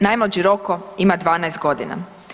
Najmlađi Roko ima 12 godina.